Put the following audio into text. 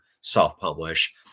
self-publish